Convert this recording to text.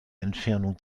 entfernung